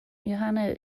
johanna